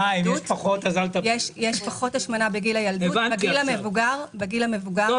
בגיל המבוגר --- הבנתי.